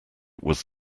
was